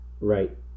Right